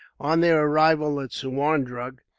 on their arrival at suwarndrug,